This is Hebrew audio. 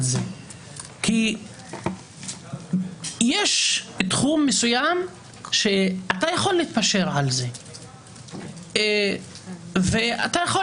זה כי יש תחום מסוים שאתה יכול להתפשר על זה ואתה יכול